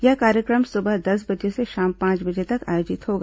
यह कार्यक्रम सुबह दस बजे से शाम पांच बजे तक आयोजित होगा